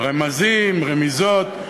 רמזים, רמיזות.